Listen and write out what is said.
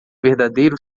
verdadeiro